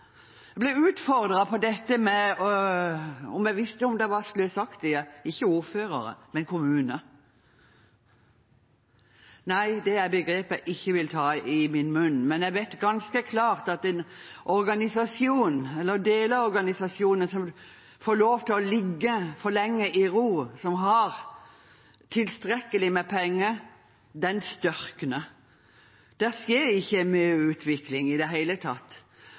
Jeg ble utfordret på om jeg visste om det var sløsaktige kommuner – ikke ordførere. Nei, det er et begrep jeg ikke vil ta i min munn, men jeg vet ganske klart at en organisasjon eller deler av en organisasjon som får lov til å ligge for lenge i ro, og som har tilstrekkelig med penger, den størkner. Det skjer ikke mye utvikling i det hele tatt.